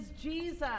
jesus